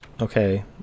Okay